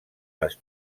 les